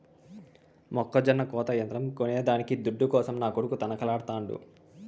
మొక్కజొన్న కోత యంత్రం కొనేదానికి దుడ్డు కోసం నా కొడుకు తనకలాడుతాండు